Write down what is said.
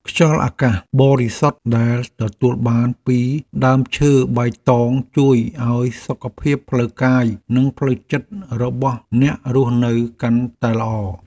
ខ្យល់អាកាសបរិសុទ្ធដែលទទួលបានពីដើមឈើបៃតងជួយឱ្យសុខភាពផ្លូវកាយនិងផ្លូវចិត្តរបស់អ្នករស់នៅកាន់តែល្អ។